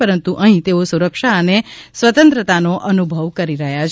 પરંતુ અહીં તેઓ સુરક્ષા સાથે સ્વતંત્ર્યતાનો અનુભવ કરી રહ્યા છે